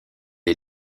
est